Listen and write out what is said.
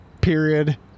period